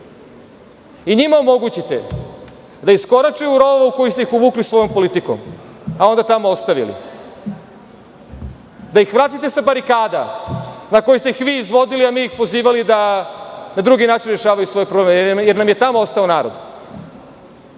i njima omogućite da iskorače u raulu u koju ste ih uvukli svojom politikom, a onda tamo ostavili, da ih vratite sa barikada na koje ste ih vi izvodili, a mi ih pozivali da na drugi način rešavaju svoje probleme, jer nam je tamo ostao